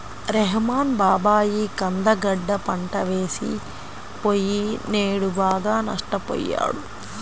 రెహ్మాన్ బాబాయి కంద గడ్డ పంట వేసి పొయ్యినేడు బాగా నష్టపొయ్యాడు